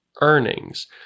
earnings